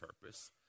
purpose